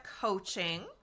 coaching